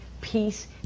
peace